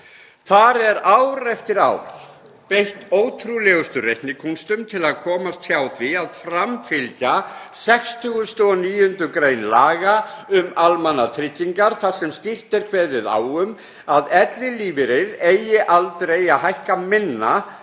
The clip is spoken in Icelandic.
Þar er ár eftir ár beitt ótrúlegustu reiknikúnstum til að komast hjá því að framfylgja 69. gr. laga um almannatryggingar þar sem skýrt er kveðið á um að ellilífeyrir eigi aldrei að hækka minna